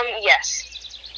yes